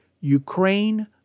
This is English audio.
Ukraine